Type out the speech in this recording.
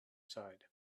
side